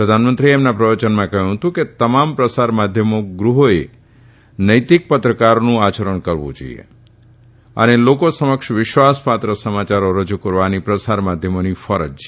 પ્રધાનમંત્રીએ તેમના પ્રવચનમાં કહયું હતું કે તમામ પ્રસાર માધ્યમ ગૃહોએ નૈતિક પત્રકારત્વનું આયરણ કરવુ જોઇએ અને લોકો સમક્ષ વિશ્વાસ પાત્ર સમાયારો રજુ કરવાની પ્રસાર માધ્યમોની ફરજ છે